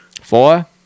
Four